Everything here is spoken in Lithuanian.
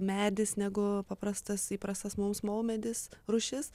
medis negu paprastas įprastas mums maumedis rūšis